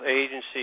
agency